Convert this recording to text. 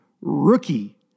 rookie